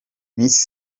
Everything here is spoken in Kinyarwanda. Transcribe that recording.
miss